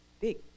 big